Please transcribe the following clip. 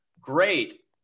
great